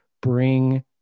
bring